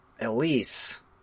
Elise